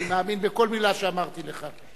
אני מאמין בכל מלה שאמרתי לך.